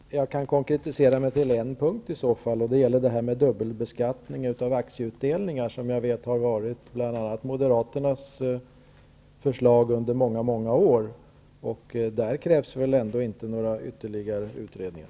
Herr talman! Jag kan konkretisera mig till en punkt. Det gäller detta med dubbelbeskattning av aktieutdelningar, något som jag vet att moderaterna i många år har föreslagit att avskaffa. Där krävs väl inte några ytterligare utredningar?